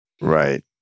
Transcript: Right